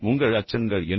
உங்கள் அச்சங்கள் என்ன